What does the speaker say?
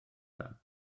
dda